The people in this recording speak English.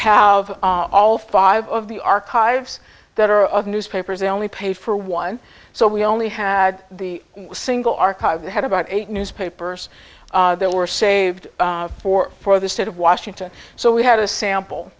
have all five of the archives that are of newspapers they only pay for one so we only had the single archive that had about eight newspapers that were saved for for the state of washington so we had a sample